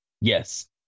Yes